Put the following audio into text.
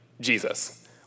Jesus